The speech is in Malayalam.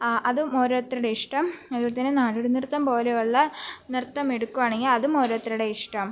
അതും ഓരോത്തരുടെ ഇഷ്ടം അതുപോലെ തന്നെ നാടോടി നൃത്തം പോലെയുള്ള നൃത്തമെടുക്കുകയാണെങ്കിൽ അതും ഓരോത്തരുടെ ഇഷ്ടം